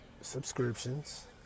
subscriptions